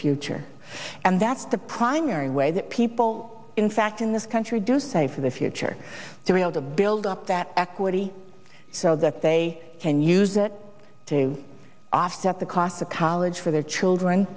future and that's the primary way that people in fact in this country do save for the future to be able to build up that equity so that they can use it to offset the cost of college for their children